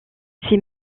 ses